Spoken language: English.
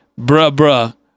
bruh-bruh